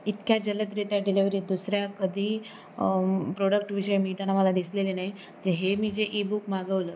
इतक्या जलदरीत्या डिलेवरी दुसऱ्या कधी प्रोडक्टविषयी मिळताना मला दिसलेली नाही जे हे मी जे ईबुक मागवलं